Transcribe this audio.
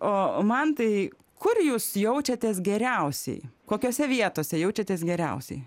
o mantai kur jūs jaučiatės geriausiai kokiose vietose jaučiatės geriausiai